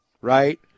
right